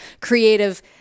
creative